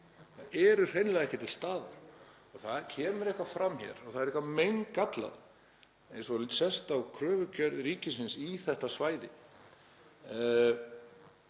Þær eru hreinlega ekki til staðar. Og það kemur eitthvað fram hér og það er meingallað eins og sést á kröfugerð ríkisins í þetta svæði.